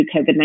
COVID-19